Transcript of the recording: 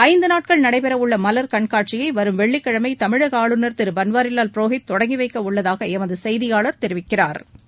ஐந்து நாட்கள் நடைபெற உள்ள மலர் கண்காட்சியை வரும் வெள்ளிக்கிழமை தமிழக ஆளுநர் திரு பன்வாரிலால் புரோஹித் தொடங்கி வைக்க உள்ளதாக எமது செய்தியாளா் தெரிவிக்கிறாா்